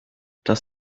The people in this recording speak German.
dass